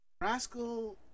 Rascal